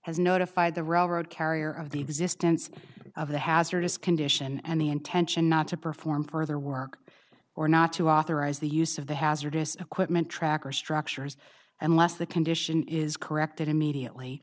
has notified the robert carrier of the existence of the hazardous condition and the intention not to perform further work or not to authorize the use of the hazardous equipment tracker structures unless the condition is corrected immediately